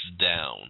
down